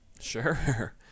Sure